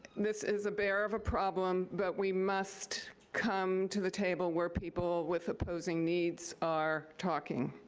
this is a bear of a problem, but we must come to the table where people with opposing needs are talking.